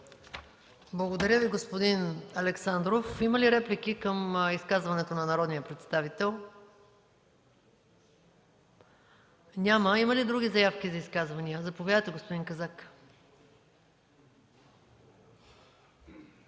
Благодаря Ви, господин Александров. Има ли реплики към изказването на народния представител? Няма. Има ли други заявки за изказвания? Заповядайте, господин Казак.